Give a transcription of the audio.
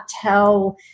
tell